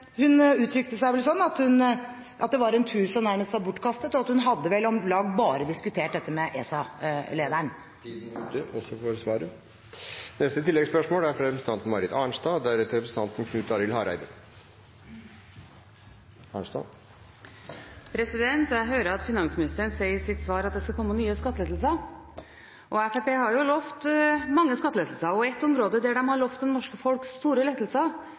Hun uttrykte seg slik at det var en tur som nærmest var bortkastet, at hun om lag bare hadde diskutert dette med ESA-lederen. Det åpnes for oppfølgingsspørsmål – først Marit Arnstad. Jeg hører at finansministeren i sitt svar sier at det skal komme nye skattelettelser. Fremskrittspartiet har lovet mange skattelettelser. Et område som man har lovet det norske folk store lettelser